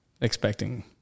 expecting